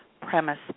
premise